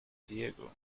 diego